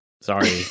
Sorry